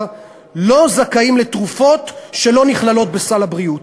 לא זכאים לתרופות שלא נכללות בסל הבריאות,